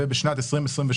ובשנת 2028,